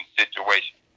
situation